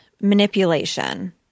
manipulation